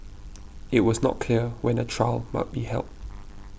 it was not clear when a trial might be held